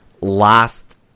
last